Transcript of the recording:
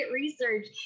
research